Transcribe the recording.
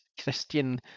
Christian